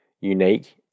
unique